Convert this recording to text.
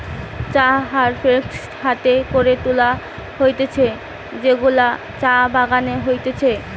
চা হারভেস্ট হাতে করে তুলা হতিছে যেগুলা চা বাগানে হতিছে